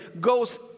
goes